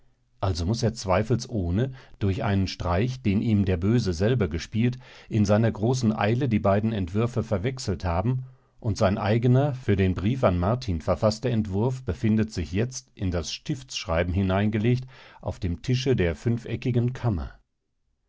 also muß er zweifelsohne durch einen streich den ihm der böse selber gespielt in seiner großen eile die beiden entwürfe verwechselt haben und sein eigener für den brief an martin verfaßter entwurf befindet sich jetzt in das stiftsschreiben hineingelegt auf dem tische der fünfeckigen kammer